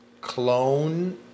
clone